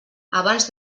abans